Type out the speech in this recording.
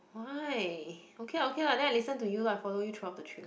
why okay lah okay lah then I listen to you lah follow you throughout the trip